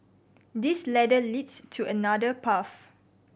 this ladder leads to another path